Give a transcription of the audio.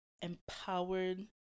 empowered